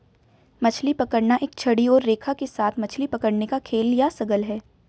मछली पकड़ना एक छड़ी और रेखा के साथ मछली पकड़ने का खेल या शगल है